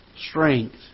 Strength